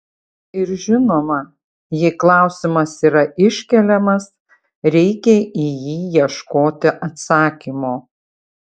ir žinoma jei klausimas yra iškeliamas reikia į jį ieškoti atsakymo